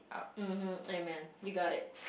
mm mm amen you got it